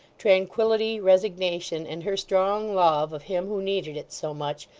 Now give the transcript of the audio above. tranquillity, resignation, and her strong love of him who needed it so much,